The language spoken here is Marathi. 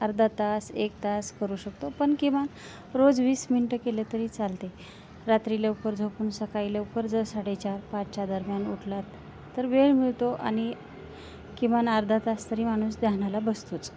अर्धा तास एक तास करू शकतो पण किमान रोज वीस मिनटं केले तरी चालते रात्री लवकर झोपून सकाळी लवकर जर साडेचार पाचच्या दरम्यान उठलात तर वेळ मिळतो आणि किमान अर्धा तास तरी माणूस ध्यानाला बसतोच